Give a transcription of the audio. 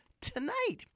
tonight